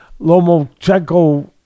Lomachenko